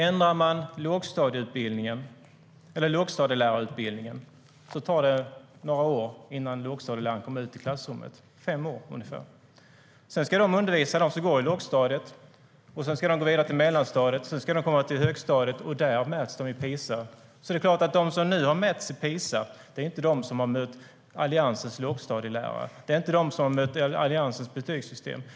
Ändrar man lågstadielärarutbildningen tar det några år innan lågstadieläraren kommer ut i klassrummet - fem år ungefär. Sedan ska de undervisa dem som går i lågstadiet, och sedan går eleverna vidare till mellanstadiet och därefter till högstadiet. Där mäts de i PISA-undersökningen. De som nu har mätts i PISA är inte de som har mött Alliansens lågstadielärare. Det är inte de som har mött Alliansens betygssystem.